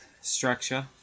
structure